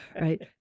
Right